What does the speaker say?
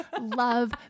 love